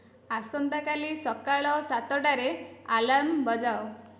ଆସନ୍ତାକାଲି ସକାଳ ସାତଟାରେ ଆଲାର୍ମ ବଜାଅ